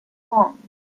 want